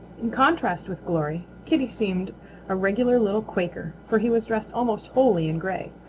in contrast with glory, kitty seemed a regular little quaker, for he was dressed almost wholly in gray,